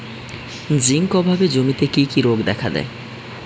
Zinc অভাবে জমিতে কি কি রোগ দেখাদেয়?